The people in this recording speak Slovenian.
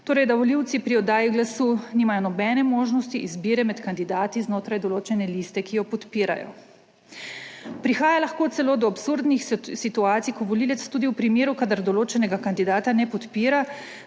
torej da volivci pri oddaji glasu nimajo nobene možnosti izbire med kandidati znotraj določene liste, ki jo podpirajo. Prihaja lahko celo do absurdnih situacij, ko volivec tudi v primeru, kadar določenega kandidata ne podpira,